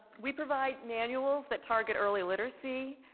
we provide manuals that target early literacy,